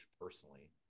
personally